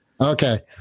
Okay